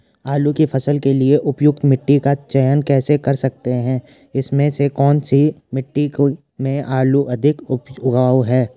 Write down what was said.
आलू की फसल के लिए उपयुक्त मिट्टी का चयन कैसे कर सकते हैं इसमें से कौन सी मिट्टी में आलू अधिक उपजाऊ होता है?